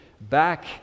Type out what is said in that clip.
back